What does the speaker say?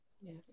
Yes